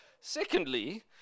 Secondly